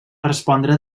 respondre